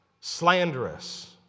slanderous